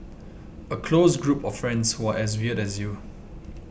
a close group of friends who are as weird as you